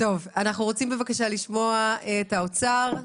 אנחנו רוצים בבקשה לשמוע את האוצר,